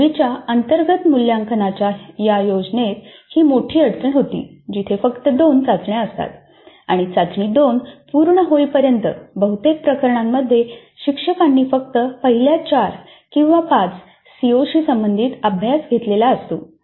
पूर्वीच्या अंतर्गत मूल्यांकनाच्या या योजनेत ही मोठी अडचण होती जिथे फक्त २ चाचण्या असतात आणि चाचणी २ पूर्ण होईपर्यंत बहुतेक प्रकरणांमध्ये शिक्षकांनी फक्त पहिल्या 4 किंवा 5 CO शी संबंधित अभ्यास घेतलेला असतो